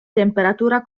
temperatura